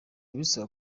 bisaba